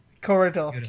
Corridor